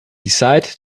decided